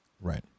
Right